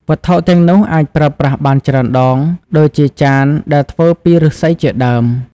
វត្ថុទាំងនោះអាចប្រើបានច្រើនដង ដូចជាចានដែលធ្វើពីឫស្សីជាដើម។